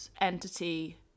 entity